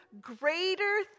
greater